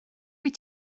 wyt